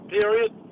Period